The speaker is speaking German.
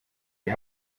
die